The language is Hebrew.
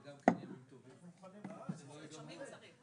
אנחנו נצטרך להסדיר את המושג הזה של סבירות,